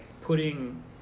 putting